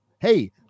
Hey